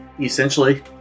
essentially